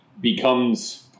becomes